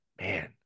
Man